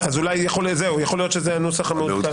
אז זהו, יכול להיות שזה הנוסח המעודכן.